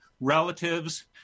relatives